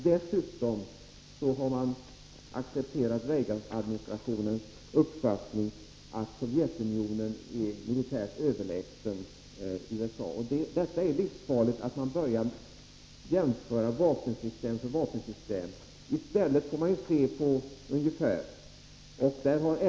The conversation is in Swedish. Dessutom har de accepterat Reaganadministrationens uppfattning att Sovjetunionen är militärt överlägset USA. Det är livsfarligt att börja jämföra vapensystem med vapensystem. I stället får man se till helheten.